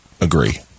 agree